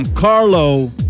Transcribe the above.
Carlo